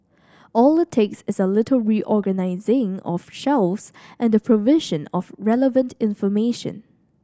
all it takes is a little reorganising of shelves and the provision of relevant information